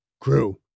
Crew